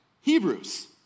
Hebrews